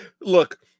Look